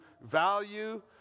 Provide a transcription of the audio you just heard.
value